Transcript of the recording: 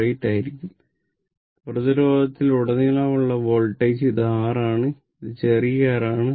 9848 ആയിരിക്കും പ്രതിരോധത്തിലുടനീളമുള്ള വോൾട്ടേജ് ഇത് R ആണ് ഇത് ചെറിയ r ആണ്